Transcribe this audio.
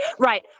Right